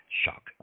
Shock